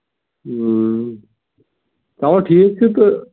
اَوا ٹھیٖک چھُ تہٕ